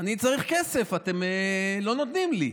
אני צריך כסף, אתם לא נותנים לי.